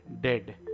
dead